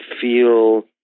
feel